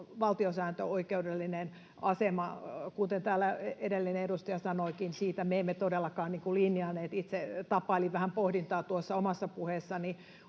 valtiosääntöoikeudellinen asema, kuten täällä edellinen edustaja sanoikin — siitä me emme todellakaan linjanneet. Itse tapailin vähän pohdintaa tuossa omassa puheessani.